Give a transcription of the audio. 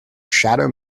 shadow